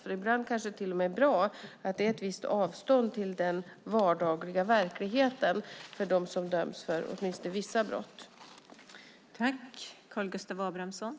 Ibland är det kanske till och med bra att det är ett visst avstånd till den vardagliga verkligheten, åtminstone för dem som har dömts för vissa brott.